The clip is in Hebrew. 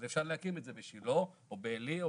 אז אפשר להקים את זה בשילה או באלי או